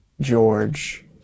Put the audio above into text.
George